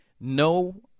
no